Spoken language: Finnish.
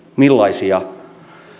millaisia